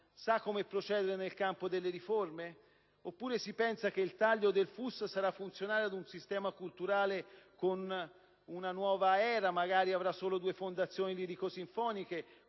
Sa come procedere nel campo delle riforme? Oppure si pensa che il taglio del FUS sarà funzionale ad un sistema culturale con una nuova era, che magari avrà solo due fondazioni lirico-sinfoniche,